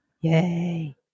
Yay